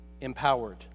empowered